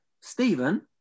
Stephen